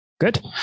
Good